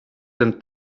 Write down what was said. ten